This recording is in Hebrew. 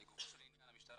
לגופו של עניין,